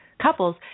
Couples